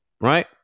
Right